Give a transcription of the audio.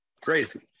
Crazy